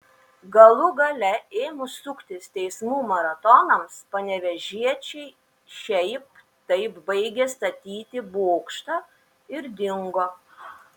galų gale ėmus suktis teismų maratonams panevėžiečiai šiaip taip baigė statyti bokštą ir dingo